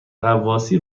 غواصی